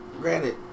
Granted